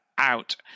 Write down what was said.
Out